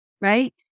right